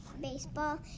baseball